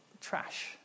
trash